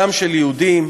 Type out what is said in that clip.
דם של יהודים.